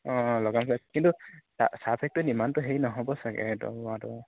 অঁ কিন্তু চা চাহ ফেক্টৰীত ইমানটো হেৰি নহ'ব চাগে সিহঁতৰ